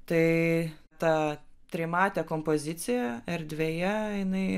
tai ta trimatė kompozicija erdvėje jinai